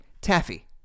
Taffy